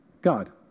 God